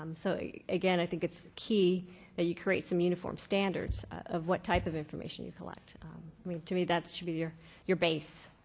um so again i think it's key that you create some uniform standards of what type of information you collect. i mean to me that should be your your base.